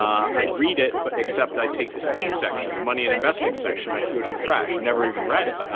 i'd read it, but except i'd take the c section, the money and investing section, i threw it in the trash never even read it.